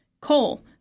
coal